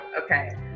Okay